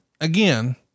Again